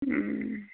ও